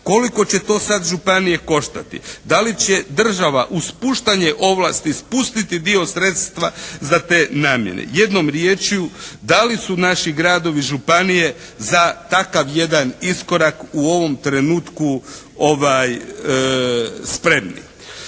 Koliko će to sad županije koštati. Da li će država uz spuštanje ovlasti spustiti dio sredstva za te namjene. Jednom riječju da li su naši gradovi, županije za takav jedan iskorak u ovom trenutku spremni.